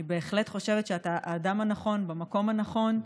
אני בהחלט חושבת שאתה האדם הנכון במקום הנכון,